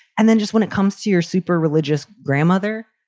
and then just when it comes to your super religious grandmother.